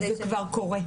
זה כבר קורה.